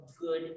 good